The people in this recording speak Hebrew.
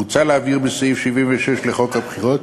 מוצע להבהיר בסעיף 76 לחוק הבחירות